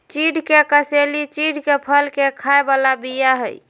चिढ़ के कसेली चिढ़के फल के खाय बला बीया हई